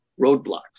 roadblocks